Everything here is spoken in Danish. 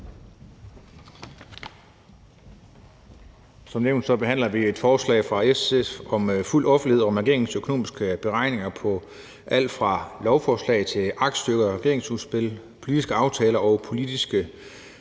Som nævnt behandler vi et forslag fra SF om fuld offentlighed om regeringens økonomiske beregninger på alt fra lovforslag til aktstykker, regeringsudspil, politiske aftaler og politiske